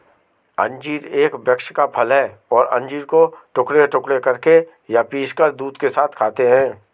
अंजीर एक वृक्ष का फल है और अंजीर को टुकड़े टुकड़े करके या पीसकर दूध के साथ खाते हैं